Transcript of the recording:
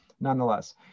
Nonetheless